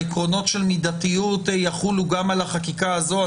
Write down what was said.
העקרונות של מידתיות יחולו גם על החקיקה הזו.